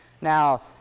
Now